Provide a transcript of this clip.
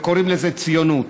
וקוראים לזה ציונות.